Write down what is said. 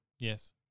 Yes